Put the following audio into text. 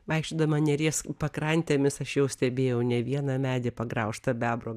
vaikščiodama neries pakrantėmis aš jau stebėjau ne vieną medį pagraužtą bebro